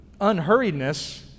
unhurriedness